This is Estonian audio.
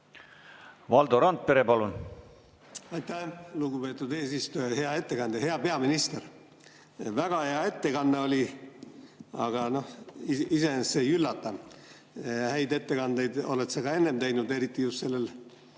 Valdo Randpere, palun! Aitäh, lugupeetud eesistuja! Hea ettekandja, hea peaminister! Väga hea ettekanne oli, aga iseenesest see ei üllata. Häid ettekandeid oled sa ka enne teinud, eriti just sellel